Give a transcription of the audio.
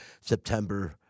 September